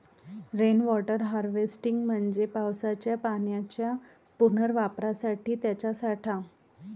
rain water harvesting म्हणजे पावसाच्या पाण्याच्या पुनर्वापरासाठी त्याचा साठा